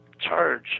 charge